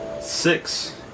Six